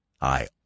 I